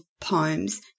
poems